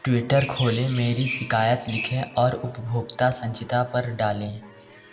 Twitter खोलें मेरी शिकायत लिखें और उपभोक्ता संचिता पर डालें